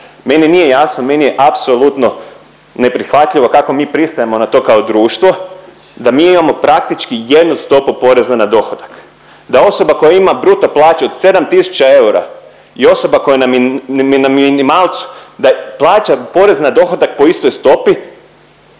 Meni nije jasno, meni je apsolutno neprihvatljivo kako mi pristajemo na to kao društvo da mi imamo praktički jednu stopu poreza na dohodak. Da osoba koja ima bruto plaću od 7 tisuća eura i osoba koja je minimalcu da plaća porez na dohodak po istoj stopi